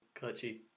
Clutchy